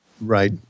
Right